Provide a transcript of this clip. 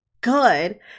good